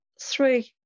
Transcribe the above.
three